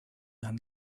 than